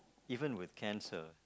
even with cancer